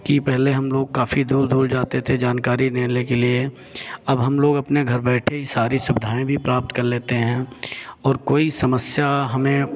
कि पहले हम लोग काफ़ी दूर दूर जाते थे जानकारी लेने के लिए अब हम लोग अपने घर बैठे ही सारी सुविधाएँ भी प्राप्त कर लेते हैं और कोई समस्या हमें